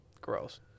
Gross